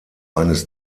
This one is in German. eines